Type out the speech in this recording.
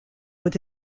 with